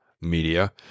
media